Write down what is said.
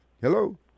Hello